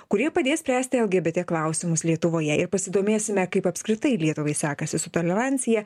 kurie padės spręsti lgbt klausimus lietuvoje ir pasidomėsime kaip apskritai lietuvai sekasi su tolerancija